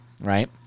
right